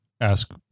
ask